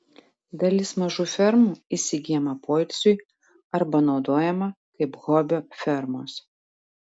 dalis mažų fermų įsigyjama poilsiui arba naudojama kaip hobio fermos